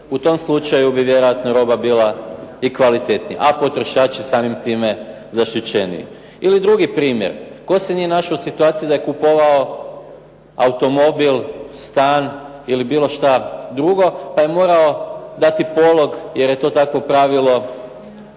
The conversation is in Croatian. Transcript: u tom slučaju bi vjerojatno roba bila i kvalitetnija, a potrošači samim time zaštićeniji. Ili drugi primjer. Tko se nije našao u situaciji da je kupovao automobil, stan ili bilo šta drugo, pa je morao dati polog jer je to takvo pravilo